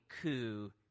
coup